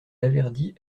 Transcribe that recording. laverdy